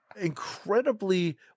incredibly